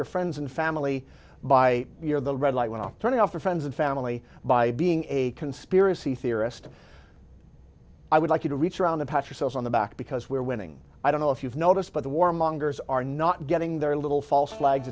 your friends and family by the red light went off turning off your friends and family by being a conspiracy theorist i would like you to reach around the pats yourself on the back because we're winning i don't know if you've noticed but the war mongers are not getting their little false flags